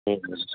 ठीकु आहे